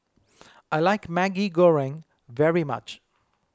I like Maggi Goreng very much